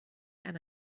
and